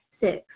Six